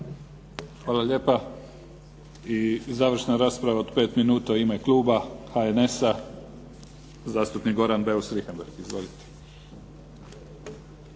Hvala lijepa. I završna rasprava od 5 minuta u ime kluba HNS-a, zastupnik Goran Beus Richembergh. Izvolite.